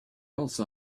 else